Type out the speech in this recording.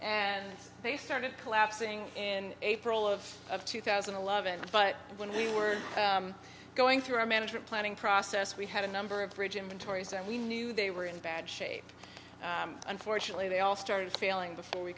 and they started collapsing in april of two thousand and eleven but when we were going through our management planning process we had a number of bridge inventories and we knew they were in bad shape unfortunately they all started failing before we